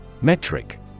Metric